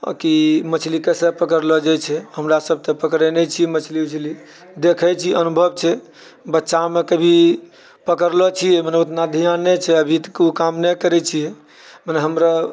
कि मछली कैसे पकड़लौ जाइ छै हमरा सभ तऽ पकड़ै नहि छी मछली उछली देखै छी अनुभव छै बच्चामे कभी पकड़लौं छी मने ओतना ध्यान नहि छै अभी तऽ उ काम नइ करै छियै मने हमरा